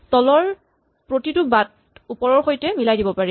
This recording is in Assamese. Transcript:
তলৰ প্ৰতিটো বাট ওপৰৰ সৈতে মিলাই দিব পাৰি